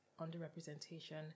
underrepresentation